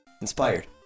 inspired